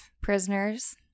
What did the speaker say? Prisoners